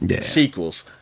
sequels